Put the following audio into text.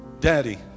Daddy